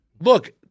Look